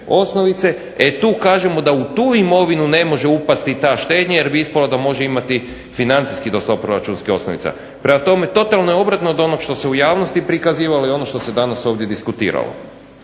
osnovice, e tu kažemo da u tu imovinu ne može upasti ta štednja, jer bi ispalo da može imati financijski do 100 proračunska osnovica. Prema tome totalno je obratno od onog što se u javnosti prikazivalo, i ono što se danas ovdje diskutiralo.